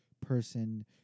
person